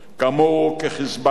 כמוהו כ"חיזבאללה",